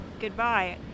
goodbye